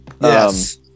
Yes